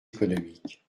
économique